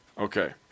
Okay